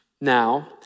now